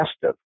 festive